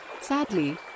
Sadly